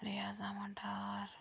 Riyaz Ahmad Dar